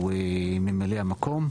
הוא ממלא המקום,